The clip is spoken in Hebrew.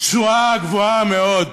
תשואה גבוהה מאוד: